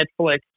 Netflix